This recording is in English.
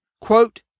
Quote